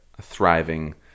thriving